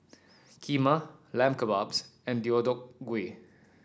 Kheema Lamb Kebabs and Deodeok Gui